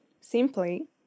simply